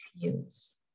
feels